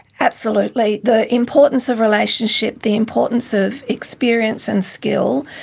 absolutely. the importance of relationship, the importance of experience and skill,